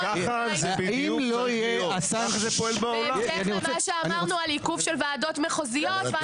בהמשך למה שאמרנו על עיכוב של ועדות מחוזיות,